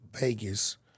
Vegas